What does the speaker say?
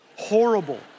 horrible